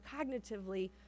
cognitively